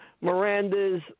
Miranda's